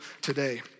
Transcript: today